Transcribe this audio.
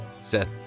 Seth